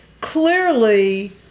Clearly